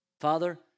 Father